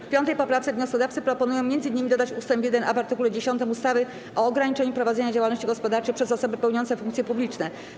W 5. poprawce wnioskodawcy proponują m.in. dodać ust. 1a w art. 10 ustawy o ograniczeniu prowadzenia działalności gospodarczej przez osoby pełniące funkcje publiczne.